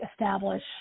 establish